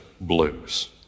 blues